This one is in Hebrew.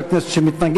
אין תשובת ממשלה.